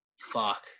Fuck